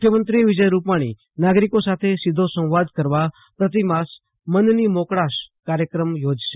મુખ્યમંત્રીશ્રી વિજયભાઇ રૂપાશ્રી નાગરિકો સાથે સીધો સંવાદ કરવા પ્રતિમાસ મનની મોકળાશ કાર્યક્રમ યોજશે